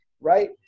right